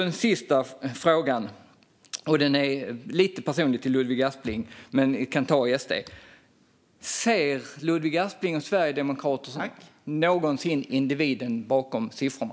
Den sista frågan till Ludvig Aspling är lite personlig, men den kan gälla hela SD: Ser Ludvig Aspling och Sverigedemokraterna någonsin individen bakom siffrorna?